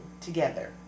together